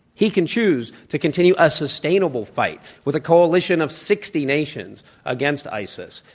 he can choose to continue a sustainable fight with a coalition of sixty nations against isis.